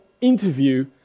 interview